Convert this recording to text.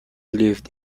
lived